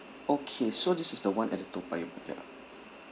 okay so this is the one at the toa payoh ya